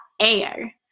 air